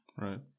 right